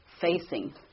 facing